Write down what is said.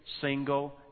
single